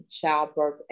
childbirth